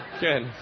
good